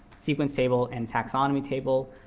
sequence table, and taxonomy table.